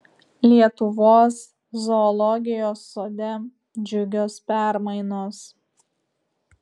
lietuvos zoologijos sode džiugios permainos